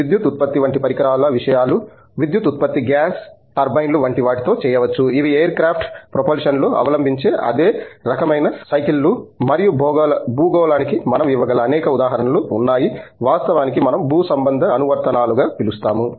విద్యుత్ ఉత్పత్తి వంటి పరికరాల విషయాలు విద్యుత్ ఉత్పత్తి గ్యాస్ టర్బైన్లు వంటి వాటితో చేయవచ్చు ఇవి ఎయిర్ క్రాఫ్ట్ ప్రొపల్షన్లో అవలంబించే అదే రకమైన సైకిల్ లు మరియు భూగోళానికి మనం ఇవ్వగల అనేక ఉదాహరణలు ఉన్నాయి వాస్తవానికి మనం భూసంబంధ అనువర్తనాలుగా పిలుస్తాము